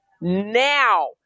Now